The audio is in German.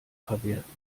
verwerten